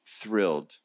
thrilled